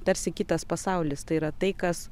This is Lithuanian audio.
tarsi kitas pasaulis tai yra tai kas